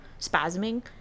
spasming